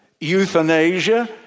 euthanasia